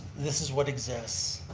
this is what exists.